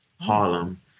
Harlem